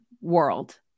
world